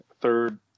third